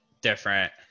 different